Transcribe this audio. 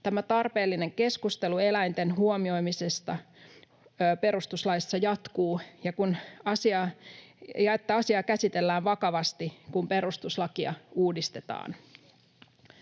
tämä tarpeellinen keskustelu eläinten huomioimisesta perustuslaissa jatkuu ja että asiaa käsitellään vakavasti, kun perustuslakia uudistetaan.